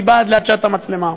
מבעד לעדשת המצלמה.